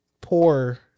poor